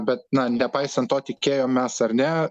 bet na nepaisant to tikėjom mes ar ne